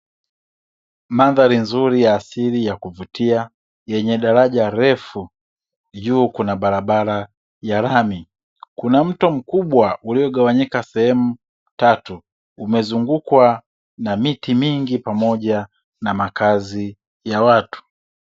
Mandhari nzuri ya asili ya kuvutia yenye daraja refu, juu kuna barabara ya lami. Kuna mto mkubwa uliogawanyika sehemu tatu, umezungukwa na miti mingi pamoja na makazi ya watu.